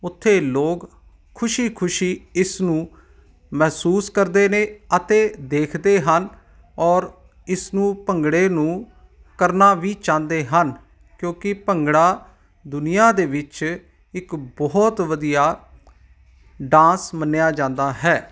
ਉੱਥੇ ਲੋਕ ਖੁਸ਼ੀ ਖੁਸ਼ੀ ਇਸ ਨੂੰ ਮਹਿਸੂਸ ਕਰਦੇ ਨੇ ਅਤੇ ਦੇਖਦੇ ਹਨ ਔਰ ਇਸ ਨੂੰ ਭੰਗੜੇ ਨੂੰ ਕਰਨਾ ਵੀ ਚਾਹੁੰਦੇ ਹਨ ਕਿਉਂਕਿ ਭੰਗੜਾ ਦੁਨੀਆਂ ਦੇ ਵਿੱਚ ਇੱਕ ਬਹੁਤ ਵਧੀਆ ਡਾਂਸ ਮੰਨਿਆ ਜਾਂਦਾ ਹੈ